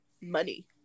money